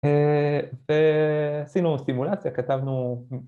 ‫ועשינו סימולציה, כתבנו...